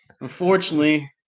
unfortunately